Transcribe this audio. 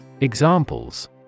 Examples